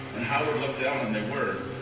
and howard looked down and they were.